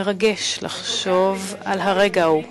מרגש לחשוב על הרגע ההוא,